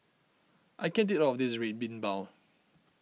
I can't eat all of this Red Bean Bao